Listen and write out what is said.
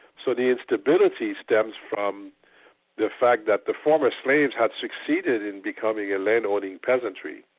so the instability stems from the fact that the former slaves had succeeded in becoming a land-owning peasantry.